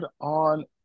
on